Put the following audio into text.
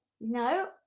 no